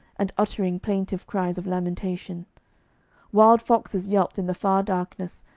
and uttering plaintive cries of lamentation wild foxes yelped in the far darkness,